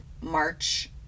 March